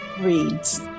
reads